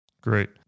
Great